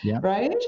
right